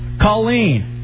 Colleen